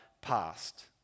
past